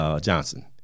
Johnson